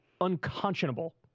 unconscionable